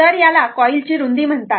तर याला कॉईलची रुंदी म्हणतात